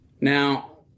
Now